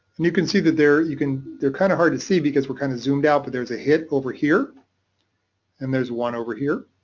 and you can see that there you can kind of hard to see because we're kind of zoomed out, but there's a hit over here and there's one over here.